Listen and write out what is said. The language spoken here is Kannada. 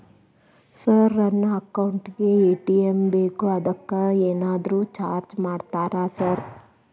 ಸರ್ ನನ್ನ ಅಕೌಂಟ್ ಗೇ ಎ.ಟಿ.ಎಂ ಬೇಕು ಅದಕ್ಕ ಏನಾದ್ರು ಚಾರ್ಜ್ ಮಾಡ್ತೇರಾ ಸರ್?